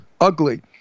ugly